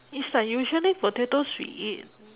it's like usually potatoes we eat